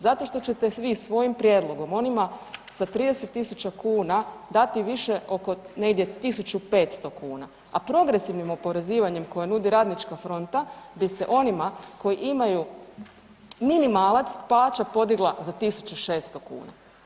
Zato što ćete vi svojim prijedlogom onima sa 30.000 kuna dati više negdje oko 1.500 kuna, a progresivnim oporezivanjem koje nudi Radnička fronta bi se onima koji imaju minimalac plaća podigla za 1.600 kuna.